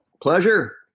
Pleasure